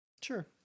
Sure